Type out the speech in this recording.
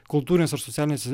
kultūrinėse ir socialinėse